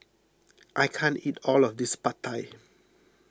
I can't eat all of this Pad Thai